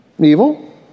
evil